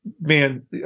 Man